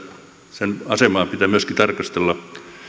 sen asemaa pitää myöskin tarkastella